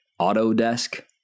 Autodesk